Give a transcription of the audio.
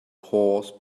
horse